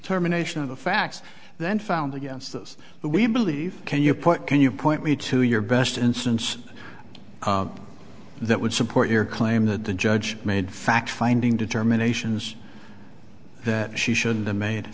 determination of the facts then found against us but we believe can you put can you point me to your best instance that would support your claim that the judge made fact finding determinations that she should be made